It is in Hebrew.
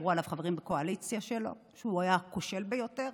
אמרו עליו חברים בקואליציה שלו שהוא היה הכושל ביותר